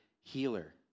healer